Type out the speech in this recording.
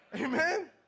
Amen